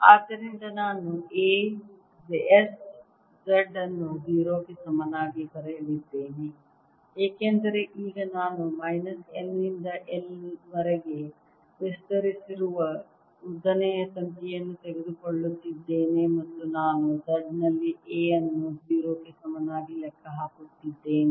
ಆದ್ದರಿಂದ ನಾನು A S Z ಅನ್ನು 0 ಗೆ ಸಮನಾಗಿ ಬರೆಯಲಿದ್ದೇನೆ ಏಕೆಂದರೆ ಈಗ ನಾನು ಮೈನಸ್ L ನಿಂದ L ವರೆಗೆ ವಿಸ್ತರಿಸಿರುವ ಉದ್ದನೆಯ ತಂತಿಯನ್ನು ತೆಗೆದುಕೊಳ್ಳುತ್ತಿದ್ದೇನೆ ಮತ್ತು ನಾನು Z ನಲ್ಲಿ A ಅನ್ನು 0 ಗೆ ಸಮನಾಗಿ ಲೆಕ್ಕ ಹಾಕುತ್ತಿದ್ದೇನೆ